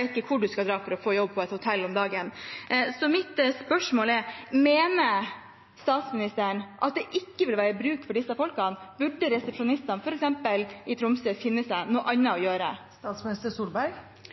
vet ikke hvor man skal dra for å få jobb på et hotell om dagen. Så mitt spørsmål er: Mener statsministeren at det ikke vil være bruk for disse folkene? Burde resepsjonistene, f.eks. i Tromsø, finne seg noe annet å